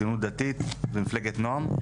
הציונות הדתית ומפלגת נעם,